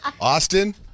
Austin